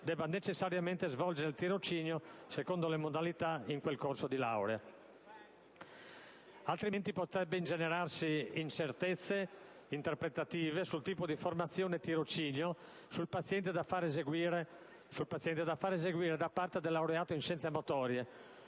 debba necessariamente svolgere il tirocinio secondo le modalità di quel corso di laurea, altrimenti potrebbero ingenerarsi incertezze interpretative sul tipo di formazione e tirocinio sul paziente da far eseguire da parte del laureato in scienze motorie